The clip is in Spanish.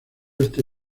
este